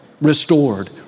restored